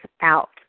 out